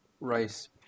rice